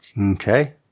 Okay